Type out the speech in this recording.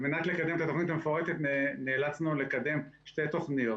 על מנת לקדם את התוכנית המפורטת נאלצנו לקדם שתי תוכניות